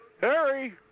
Harry